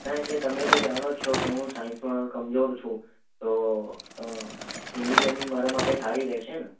ના એટલે તમે તો જાણો છો કે હું સાઈન્સમાં કમજોર છું તો તો એન્જીનિયરીંગ મારા માટે સારી રહેશે ને